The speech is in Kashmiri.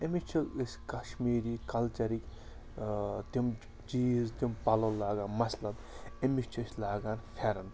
أمِس چھِ أسۍ کشمیٖری کَلچَرٕکۍ تِم چیٖز تِم پَلو لاگان مَثلاً أمِس چھِ أسۍ لاگان فٮ۪رَن